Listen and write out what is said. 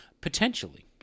Potentially